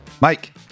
Mike